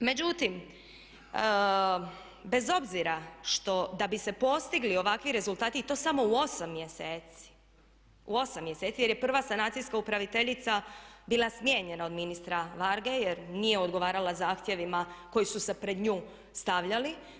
Međutim, bez obzira što da bi se postigli ovakvi rezultati i to samo u 8 mjeseci, u 8 mjeseci jer je prva sanacijske upraviteljica bila smijenjena od ministra Varge jer nije odgovarala zahtjevima koji su se pred nju stavljali.